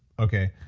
okay,